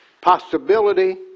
Possibility